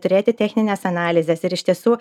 turėti technines analizes ir iš tiesų